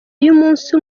y’umunsi